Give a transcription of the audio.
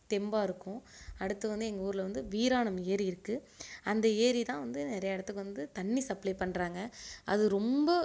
தெம்பாயிருக்கும் அடுத்து வந்து எங்கள் ஊரில் வந்து வீராணம் ஏரி இருக்குது அந்த ஏரி தான் வந்து நிறைய இடத்துக்கு வந்து தண்ணி சப்லை பண்ணுறாங்க அது ரொம்ப